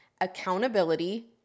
accountability